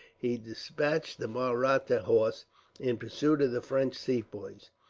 he despatched the mahratta horse in pursuit of the french sepoys.